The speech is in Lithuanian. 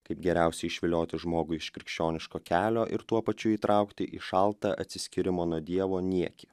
kaip geriausiai išvilioti žmogų iš krikščioniško kelio ir tuo pačiu įtraukti į šaltą atsiskyrimo nuo dievo niekį